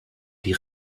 die